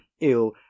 ill